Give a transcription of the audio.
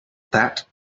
that